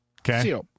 Okay